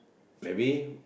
maybe